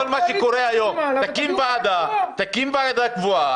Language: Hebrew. תקים ועדה קבועה.